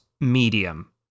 medium